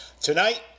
Tonight